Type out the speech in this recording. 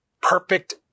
perfect